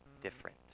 different